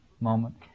moment